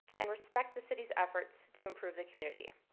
and respect the city's efforts to improve the community.